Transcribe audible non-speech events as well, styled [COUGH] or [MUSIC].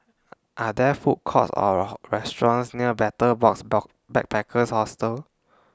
Are There Food Courts Or restaurants near Betel Box [UNINTELLIGIBLE] Backpackers Hostel